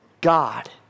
God